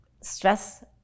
stress